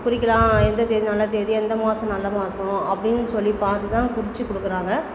குறிக்கலாம் எந்த தேதி நல்ல தேதி எந்த மாதம் நல்ல மாசம் அப்படின்னு சொல்லி பார்த்து தான் குறிச்சிக்கொடுக்கறாங்க